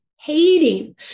hating